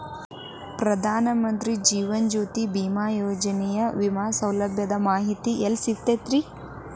ಪ್ರಧಾನ ಮಂತ್ರಿ ಜೇವನ ಜ್ಯೋತಿ ಭೇಮಾಯೋಜನೆ ವಿಮೆ ಸೌಲಭ್ಯದ ಮಾಹಿತಿ ಎಲ್ಲಿ ಸಿಗತೈತ್ರಿ?